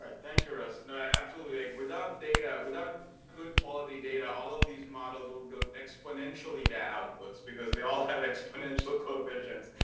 ah thank you russ. no, absolutely, like without data, without ah good quality data all of these models will give exponentially bad outputs because they all have exponential coefficients.